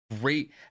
great